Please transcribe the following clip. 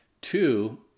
Two